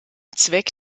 zweck